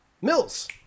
Mills